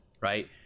Right